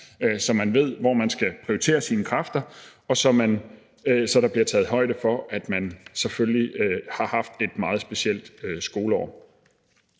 så man ved, hvor man skal prioritere sine kræfter, og så der bliver taget højde for, at man selvfølgelig har haft et meget specielt skoleår.